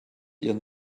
ihren